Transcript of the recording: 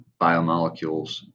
biomolecules